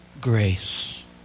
grace